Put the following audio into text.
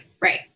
right